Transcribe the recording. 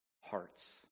hearts